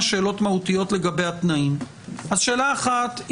שאלות מהותיות לגבי התנאים: שאלה אחת,